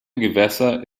gewässer